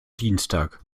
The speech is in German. dienstag